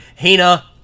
Hina